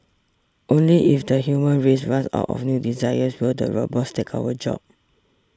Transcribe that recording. only if the human race runs out of new desires will the robots take our jobs